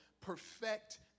perfect